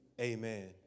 amen